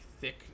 thick